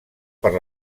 per